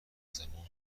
زمان